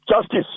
Justice